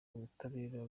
ubutabera